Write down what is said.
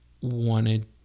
wanted